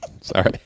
sorry